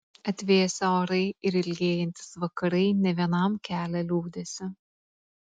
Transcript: atvėsę orai ir ilgėjantys vakarai ne vienam kelia liūdesį